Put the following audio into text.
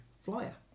flyer